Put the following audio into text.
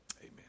amen